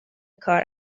کار